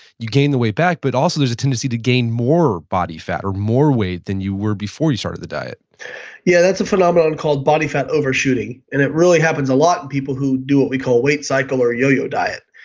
you gain the weight back, but also there's a tendency to gain more body fat or more weight than you were before you started the diet yeah, that's a phenomenon called body fat overshooting, and it really happens a lot in people who do what we call a weight cycle or a yo-yo diet.